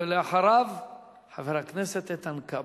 ולאחריו חבר הכנסת איתן כבל.